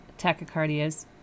tachycardias